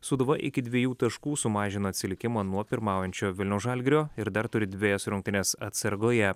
sūduva iki dviejų taškų sumažino atsilikimą nuo pirmaujančio vilniaus žalgirio ir dar turi dvejas rungtynes atsargoje